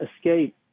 escape